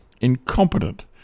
incompetent